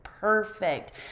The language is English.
Perfect